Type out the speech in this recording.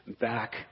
back